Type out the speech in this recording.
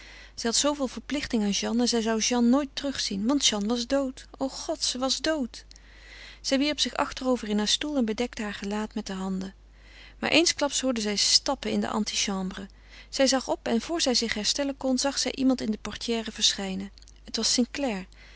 zij had zooveel verplichting aan jeanne en zij zou jeanne nooit terug zien want jeanne was dood o god ze was dood zij wierp zich achterover in haren stoel en bedekte haar gelaat met de handen maar eensklaps hoorde zij stappen in de antichambre zij zag op en voor zij zich herstellen kon zag zij iemand in de portière verschijnen het was